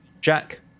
Jack